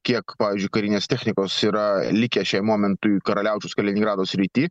kiek pavyzdžiui karinės technikos yra likę šiai momentui karaliaučiaus kaliningrado srity